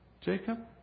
Jacob